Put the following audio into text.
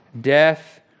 death